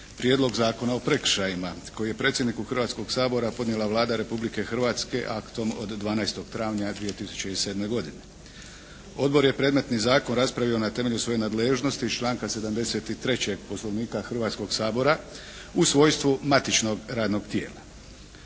Prijedlog zakona o prekršajima, koji je predsjedniku Hrvatskoga sabora podnijela Vlada Republike Hrvatske aktom od 12. travnja 2007. godine. Odbor je predmetni zakon raspravio na temelju svoje nadležnosti iz članka 73. Poslovnika Hrvatskog sabora u svojstvu matičnog radnog tijela.